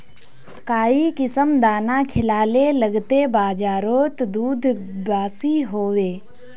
काई किसम दाना खिलाले लगते बजारोत दूध बासी होवे?